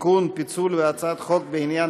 (תיקון פיצול דירות) ובהצעת חוק בעניין